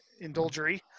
Indulgery